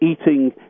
eating